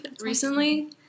recently